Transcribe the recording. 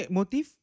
motif